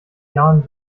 jahren